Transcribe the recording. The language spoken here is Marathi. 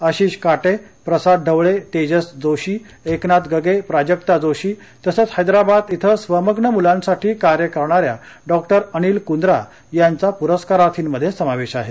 आशिष का ी प्रसाद ढवळे तेजस जोशी एकनाथ गगे प्राजक्ता जोशी तसंच हैद्राबाद इथं स्वमग्नमुलांसाठी कार्य करणाऱ्या डॉक्टर अनिल कुंद्रा यांचा पुरस्कारार्थींमध्ये समावेश आहे